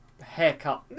haircut